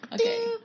Okay